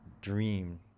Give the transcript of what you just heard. dream